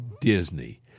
Disney